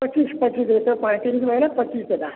ପଚିଶି ପଚିଶି ଏଇଟା ବାଣ୍ଟି ହେଇ କରି ରହିଲା ପଚିଶି ସେଇଟା